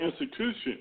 institution